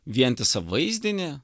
vientisą vaizdinį